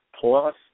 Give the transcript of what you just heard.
plus